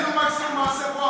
עשינו משהו עם היושב-ראש,